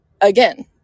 Again